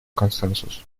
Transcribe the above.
консенсус